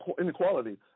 inequality